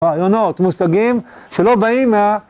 רעיונות, מושגים שלא באים מה...